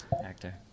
actor